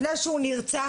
לפני שהוא נרצח,